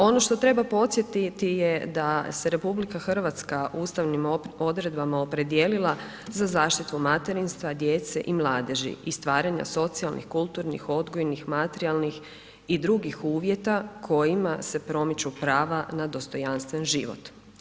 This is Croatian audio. Ono što treba podsjetiti je da se RH ustavnim odredbama opredijelila za zaštitu materinstva, djece i mladeži i stvaranja socijalnih, kulturnih, odgojnih, materijalnih i drugih uvjeta kojima se promiču prava na dostojanstven život.